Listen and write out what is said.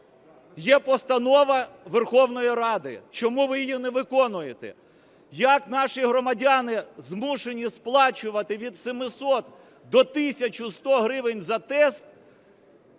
Є постанова Верховної Ради. Чому ви її не виконуєте? Як наші громадяни змушені сплачувати від 700 до 1100 гривень за тест,